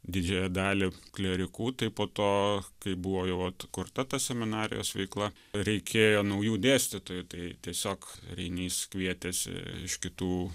didžiąją dalį klierikų tai po to kai buvo jau atkurta ta seminarijos veikla reikėjo naujų dėstytojų tai tiesiog reinys kvietėsi iš kitų